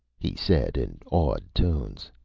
he said in awed tones.